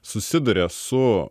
susiduria su